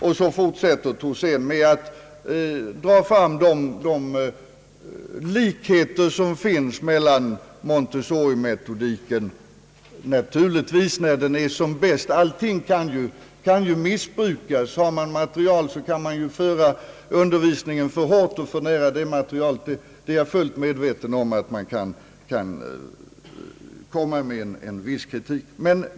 Sedan fortsätter Thorsén med att dra fram de likheter som finns mellan grundskolan och Montessorimetodiken — naturligtvis när den är som bäst; all ting kan ju missbrukas. Har man material kan man föra undervisningen för hårt och för nära det materialet. Jag är fullt medveten om att man kan komma med en viss kritik.